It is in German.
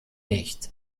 nicht